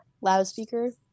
loudspeaker